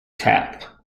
tap